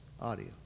audio